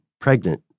pregnant